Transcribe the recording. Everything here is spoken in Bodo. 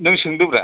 नों सोंदोब्रा